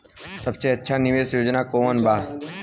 सबसे अच्छा निवेस योजना कोवन बा?